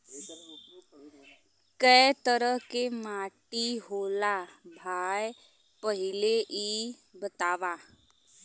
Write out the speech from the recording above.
कै तरह के माटी होला भाय पहिले इ बतावा?